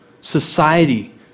Society